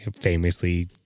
famously